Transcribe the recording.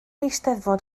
eisteddfod